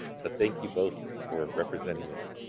thank you both for representing this